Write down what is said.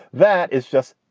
that is just.